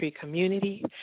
community